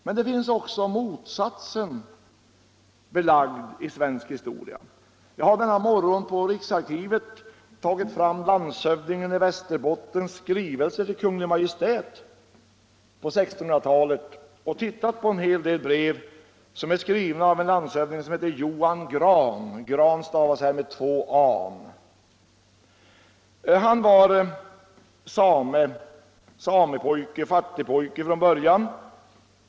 Men motsatsen i svensk historia finns också belagd. Jag har denna morgon på riksarkivet tagit fram landshövdingens i Västerbotten skrivelse till Kungl. Maj:t på 1600-talet och tittat på en hel del brev, som är skrivna av en landshövding som hette Johan Graan. Han var samepojke — finnpojke —- från början.